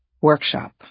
workshop